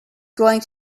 going